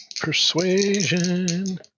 Persuasion